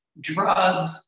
Drugs